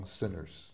sinners